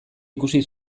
ikusi